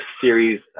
series